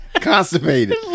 constipated